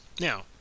Now